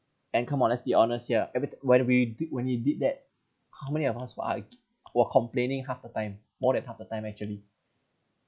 and come on let's be honest here every ti~ why do we do when you did that how many of us for heart were complaining half the time more than half the time actually